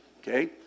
Okay